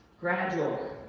gradual